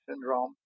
syndrome